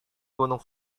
gunung